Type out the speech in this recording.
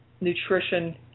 nutrition